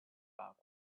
back